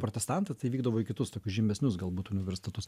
protestanta tai vykdavo į kitus tokius žymesnius galbūt universitetus